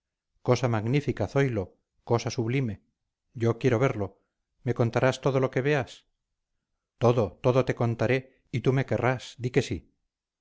cosa magnífica zoilo cosa sublime yo quiero verlo me contarás todo lo que veas todo todo te contaré y tú me querrás di que sí